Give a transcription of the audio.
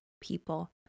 people